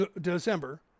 December